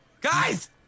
Guys